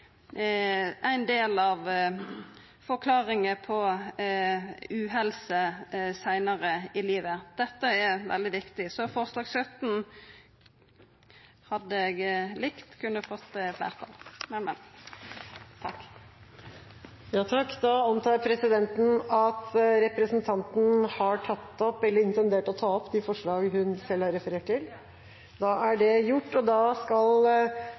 ein del av forklaringa på uhelse seinare i livet. Dette er veldig viktig, så forslag nr. 17 hadde eg likt fekk fleirtal. Da antar presidenten at representanten intenderte å ta opp de forslagene hun refererte til? Ja. Da er det gjort. Presidenten skal replisere at forslagene er levert etter fristen, og